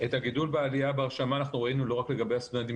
את הגידול בעלייה בהרשמה אנחנו ראינו לא רק לגבי הסטודנטים